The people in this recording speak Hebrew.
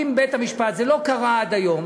אם בית-המשפט, זה לא קרה עד היום,